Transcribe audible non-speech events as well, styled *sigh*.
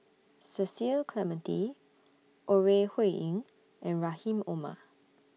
Cecil Clementi Ore Huiying *noise* and Rahim Omar